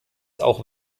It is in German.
auch